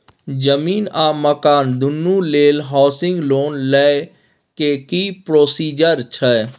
जमीन आ मकान दुनू लेल हॉउसिंग लोन लै के की प्रोसीजर छै?